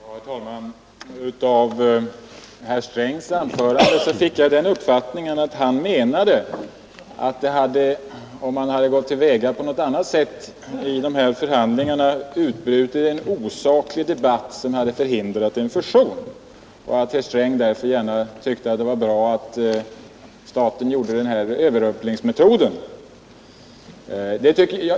Herr talman! Av herr Strängs anförande fick jag den uppfattningen att han menade, om man hade gått till väga på något annat sätt i dessa förhandlingar, att det hade utbrutit en osaklig debatt som hade förhindrat en fusion. Herr Sträng tyckte därför tydligen att det var bra att staten tillämpade den här överrumplingsmetoden.